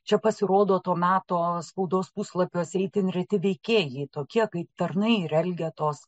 čia pasirodo to meto spaudos puslapiuose itin reti veikėjai tokie kaip tarnai ir elgetos